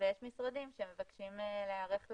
ויש משרדים שמבקשים להיערך לבאות,